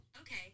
Okay